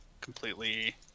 completely